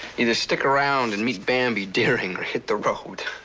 either stick around and meet bambi deering or hit the road.